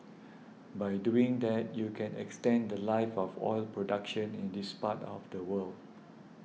by doing that you can extend the Life of oil production in this part of the world